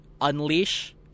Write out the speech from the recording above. unleash